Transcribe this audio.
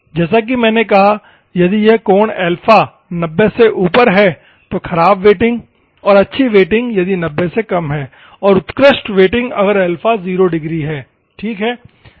जैसा कि मैंने कहा यदि यह कोण अल्फा 90 से ऊपर है तो खराब वेटिंग और अच्छी वेटिंग यदि 90 से कम है और उत्कृष्ट वेटिंग अगर अल्फा 0 डिग्री है ठीक है